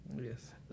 Yes